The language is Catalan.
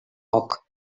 coc